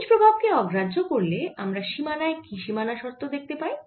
fringe প্রভাব কে অগ্রাহ্য করলে আমরা সীমানায় কি সীমানা শর্ত দেখতে পাই